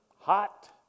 hot